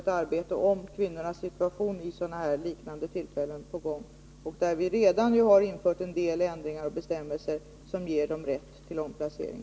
Ett arbete om kvinnornas situation vid liknande tillfällen är alltså i gång, och vi har redan infört en del ändringar och bestämmelser som ger rätt till omplacering.